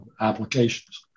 applications